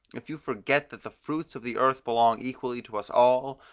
if you forget that the fruits of the earth belong equally to us all,